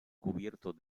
cubiertos